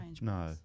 no